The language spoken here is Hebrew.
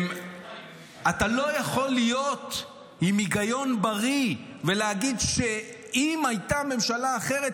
אתה לא יכול להיות עם היגיון בריא ולהגיד שאם לא הייתה ממשלה אחרת,